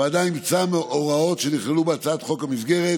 הוועדה אימצה הוראות שנכללו בהצעת חוק המסגרת